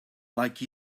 like